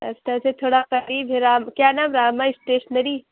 اچھا تو تھوڑا قریب ہے رام کیا نام راما اسٹیشنری